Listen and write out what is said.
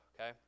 okay